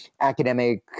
academic